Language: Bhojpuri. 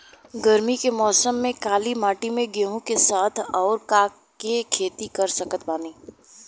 गरमी के मौसम में काली माटी में गेहूँ के साथ और का के खेती कर सकत बानी?